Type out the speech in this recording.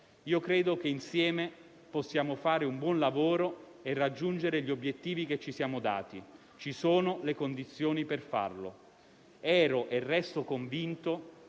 Credo che insieme possiamo fare un buon lavoro e raggiungere gli obiettivi che ci siamo dati. Ci sono le condizioni per farlo. Ero e resto convinto